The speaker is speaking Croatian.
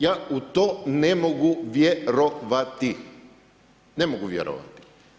Ja u to ne mogu vjerovati, ne mogu vjerovati.